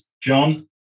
John